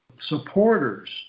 supporters